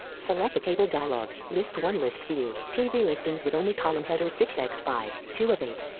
select a table dialog, list one, list view, tv listings with only column headers six x five, two of eight.